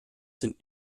sind